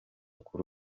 kuri